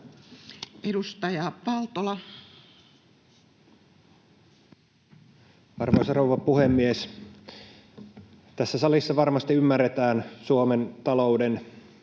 13:02 Content: Arvoisa rouva puhemies! Tässä salissa varmasti ymmärretään Suomen talouden